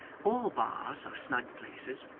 all bars are snug places,